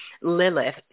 Lilith